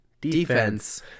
Defense